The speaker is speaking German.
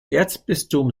erzbistum